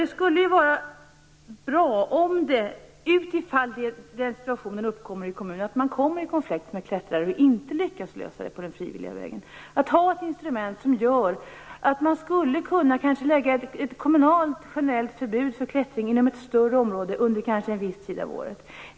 Om man i kommunerna skulle hamna i den situationen att man kommer i konflikt med klättrare och inte lyckas lösa den på den frivilliga vägen skulle det vara bra att ha ett instrument som innebär att man skulle kunna utfärda ett kommunalt generellt förbud för klättring inom ett större område under t.ex. en viss tid av året.